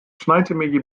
sneintemiddei